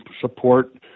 support